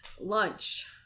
lunch